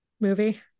movie